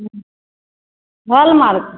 हूँ हॉलमार्क